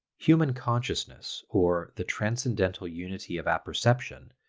human consciousness, or the transcendental unity of apperception,